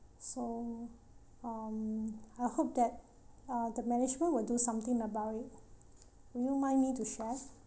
so um I hope that uh the management will do something about it would you mind me to share